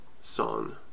song